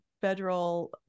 federal